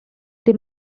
they